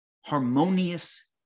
harmonious